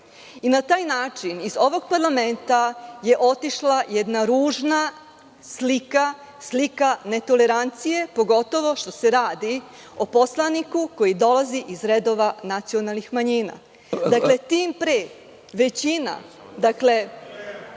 taj način iz ovog parlamenta je otišla jedna ružna slika, slika netolerancije, pogotovo što se radi o poslaniku koji dolazi iz redova nacionalnih manjina. Tim pre, većina koju